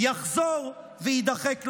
יחזור ויידחק לשוליים.